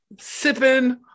sipping